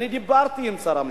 אני דיברתי עם שר המשפטים,